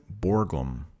Borglum